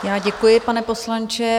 Já děkuji, pane poslanče.